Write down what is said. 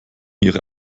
ihre